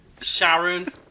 Sharon